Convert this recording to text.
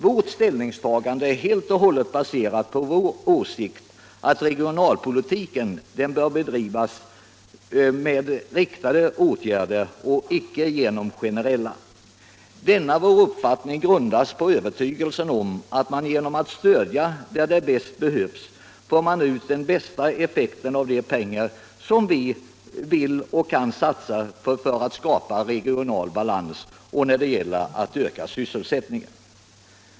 Vårt ställningstagande är helt och hållet baserat på vår åsikt att regionalpolitiken bör bedrivas med riktade åtgärder och icke med generella. Denna vår uppfattning grundas på övertygelsen att vi genom att stödja där det bäst behövs får ut den största effekten av de pengar som vi vill och kan satsa för att skapa regional balans och öka sysselsättningen.